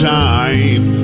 time